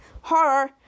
horror